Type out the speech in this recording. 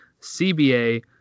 CBA